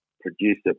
producer